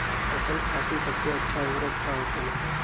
फसल खातीन सबसे अच्छा उर्वरक का होखेला?